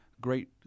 Great